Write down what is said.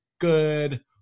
good